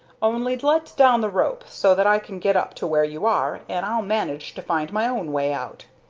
only let down the rope, so that i can get up to where you are, and i'll manage to find my own way out.